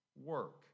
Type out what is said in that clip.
work